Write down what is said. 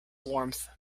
warmth